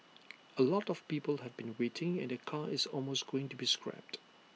A lot of people have been waiting and their car is almost going to be scrapped